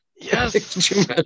Yes